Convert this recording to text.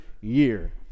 year